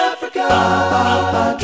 Africa